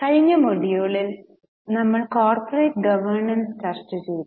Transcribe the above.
കഴിഞ്ഞ മൊഡ്യൂളിൽ നമ്മൾ കോർപ്പറേറ്റ് ഗോവെർണൻസ് ചർച്ചചെയ്തു